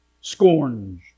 scorned